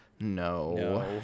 No